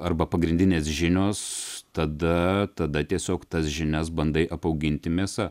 arba pagrindinės žinios tada tada tiesiog tas žinias bandai apauginti mėsa